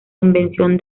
invención